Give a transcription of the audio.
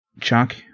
Chuck